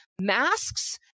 masks